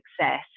success